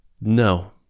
no